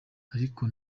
ariko